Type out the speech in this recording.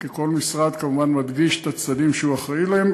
כי כל משרד מדגיש את הצדדים שהוא אחראי להם,